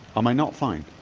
am i not fine?